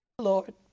Lord